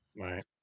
Right